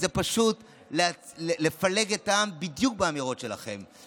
זה פשוט לפלג את העם בדיוק באמירות שלכם.